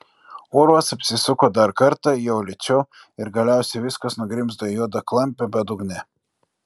urvas apsisuko dar kartą jau lėčiau ir galiausiai viskas nugrimzdo į juodą klampią bedugnę